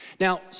Now